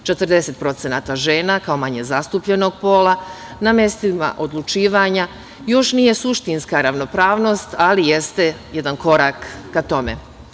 Naime, 40% žena, kao manje zastupljenog pola, na mestima odlučivanja još nije suštinska ravnopravnost, ali jeste jedan korak ka tome.